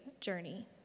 journey